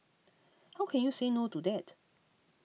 how can you say no to that